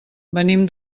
venim